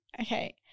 okay